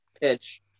pitch